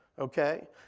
okay